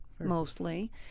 mostly